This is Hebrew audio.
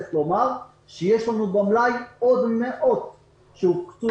צריך לומר שיש לנו במלאי עוד מאות שהוקצו